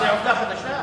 זו עובדה חדשה?